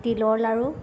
তিলৰ লাড়ু